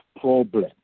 problem